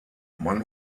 man